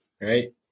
right